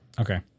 Okay